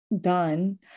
done